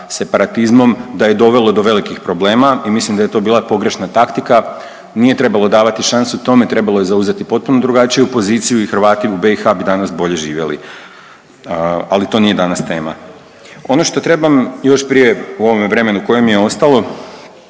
da je dovelo do velikih problema i mislim da je to bila pogrešna taktika, nije trebalo davati šansu tome, trebalo je zauzeti potpuno drugačiju poziciju i Hrvati u BiH bi danas bolje živjeli, ali to nije danas tema. Ono što trebam još prije u ovome vremenu koje mi je ostalo